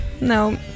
No